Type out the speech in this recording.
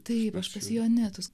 taip aš pas joanitus